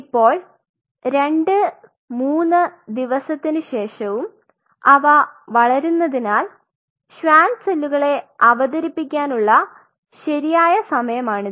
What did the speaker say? ഇപ്പോൾ 2 3 ദിവസത്തിനു ശേഷവും അവ വളരുന്നതിനാൽ ഷ്വാൻ സെല്ലുകളെ അവതരിപ്പിക്കാനുള്ള ശരിയായ സമയമാണിത്